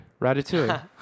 Ratatouille